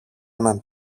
έναν